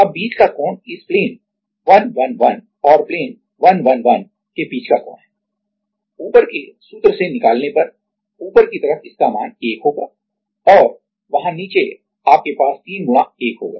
अब बीच का कोण इस प्लेन 111 और प्लेन 111 विमान के बीच का कोण है ऊपर के सूत्र से निकालने पर ऊपर की तरफ इसका मान 1 होगा और वहां नीचे आपके पास 3 गुणा 1 होगा